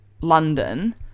London